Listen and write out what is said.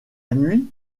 nuit